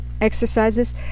exercises